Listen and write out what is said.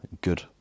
good